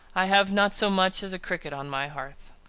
i have not so much as a cricket on my hearth.